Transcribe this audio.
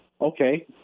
okay